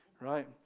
Right